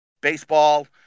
baseball